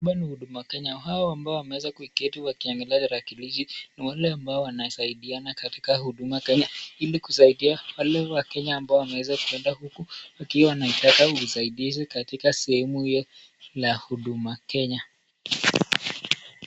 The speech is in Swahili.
Hapa ni huduma Kenya hao ambao wameketi wakiangalia tarakilishi, ni wale ambao wanasaidiana katika huduma Kenya, ili kusaidia wale wakenya ambao wamependa huku, wakiwa wanaitaka usaidizi katika sehemu hii la huduma Kenya.